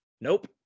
nope